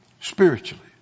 Spiritually